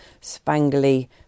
spangly